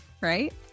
right